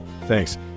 thanks